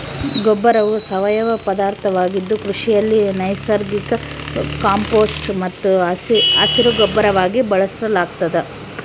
ಗೊಬ್ಬರವು ಸಾವಯವ ಪದಾರ್ಥವಾಗಿದ್ದು ಕೃಷಿಯಲ್ಲಿ ನೈಸರ್ಗಿಕ ಕಾಂಪೋಸ್ಟ್ ಮತ್ತು ಹಸಿರುಗೊಬ್ಬರವಾಗಿ ಬಳಸಲಾಗ್ತದ